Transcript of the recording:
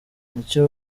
n’icyo